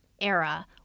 era